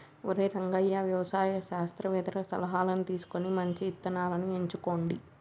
ఒరై రంగయ్య వ్యవసాయ శాస్త్రవేతల సలహాను తీసుకొని మంచి ఇత్తనాలను ఎంచుకోండి